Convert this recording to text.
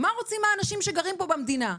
מה רוצים האנשים שגרים פה במדינה?